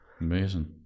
Amazing